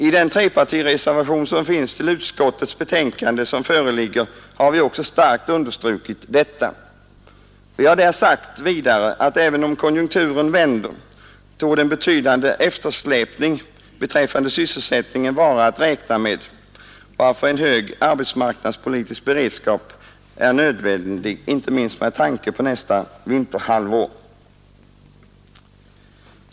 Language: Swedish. I den trepartireservation till finansutskottets betänkande nr 25 som föreligger har vi också starkt understrukit detta. Vi har vidare sagt, att även om konjunkturen vänder torde en betydande eftersläpning i sysselsättningen vara att räkna med, varför en hög arbetsmarknadspolitisk beredskap är nödvändig, inte minst med tanke på nästa vinterhalvår.